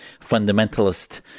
fundamentalist